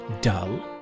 dull